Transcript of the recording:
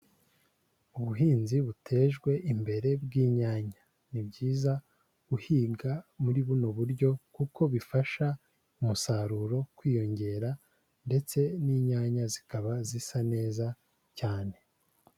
Ubuhinzi butejwe imbere bw'inyanya. Ni byizayiza guhiga muri buno buryo kuko bifasha umusaruro kwiyongera ndetse n'inyanya zikaba zisa neza cyane.